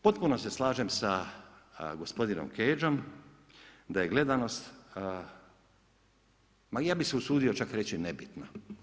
Potpuno se slažem sa gospodinom Kedžom da je gledanost, ma ja bih se usudio čak reći i nebitna.